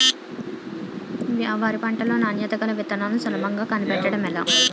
వరి పంట లో నాణ్యత గల విత్తనాలను సులభంగా కనిపెట్టడం ఎలా?